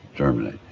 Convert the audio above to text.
germany.